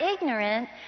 ignorant